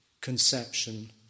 conception